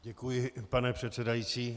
Děkuji, pane předsedající.